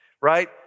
right